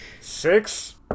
Six